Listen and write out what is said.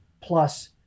plus